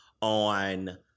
on